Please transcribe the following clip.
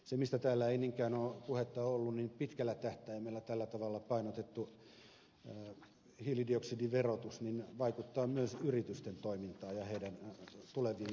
se mistä täällä ei niinkään ole puhetta ollut on se että pitkällä tähtäimellä tällä tavalla painotettu hiilidioksidiverotus vaikuttaa myös yritysten toimintaan ja niiden tuleviin polttoainevalintoihin